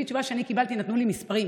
לפי תשובה שאני קיבלתי, נתנו לי מספרים.